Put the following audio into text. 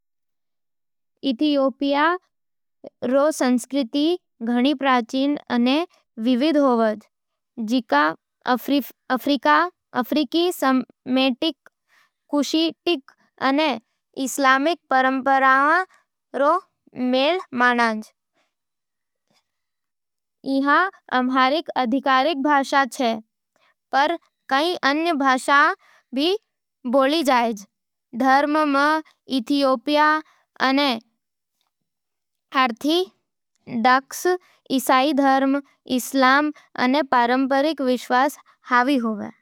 इथियोपिया रो संस्कृति घणी प्राचीन अने विविध होवे, जिको अफ्रीकी, सेमेटिक, कुशिटिक अने इस्लामी परंपरावां रो मेल मिले। इहाँ अम्हारिक आधिकारिक भाषा, छे पर कई अन्य भाषावां भी बोली जावे। धर्म में ईथियोपियन ऑर्थोडॉक्स ईसाई धर्म, इस्लाम अने पारंपरिक विश्वास हावी होवे।